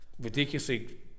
ridiculously